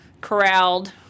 corralled